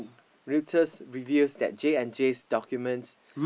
Reuters reveals that J-and-J documents